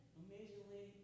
amazingly